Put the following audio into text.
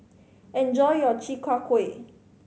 enjoy your Chi Kak Kuih